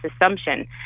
assumption